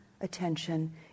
attention